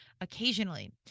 occasionally